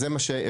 זה מה שהבנתי.